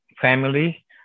family